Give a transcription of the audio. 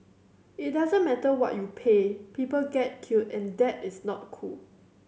it doesn't matter what you pay people get killed and that is not cool